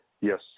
Yes